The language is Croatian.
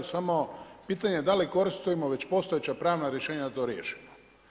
Samo pitanje je da li koristimo već postojeća pravna rješenja da to riješimo?